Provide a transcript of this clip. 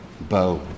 bow